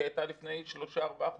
היא הייתה לפני שלושה-ארבעה חודשים.